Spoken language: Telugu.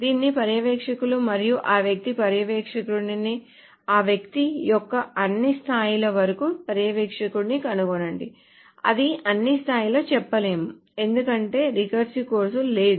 దీని పర్యవేక్షకులు మరియు ఆ వ్యక్తి పర్యవేక్షకుడిని ఆ వ్యక్తి యొక్క అన్ని స్థాయిల వరకు పర్యవేక్షకుడిని కనుగొనండి అది అన్ని స్థాయిలలో చెప్పలేము ఎందుకంటే రికర్సివ్ క్లోసర్ లేదు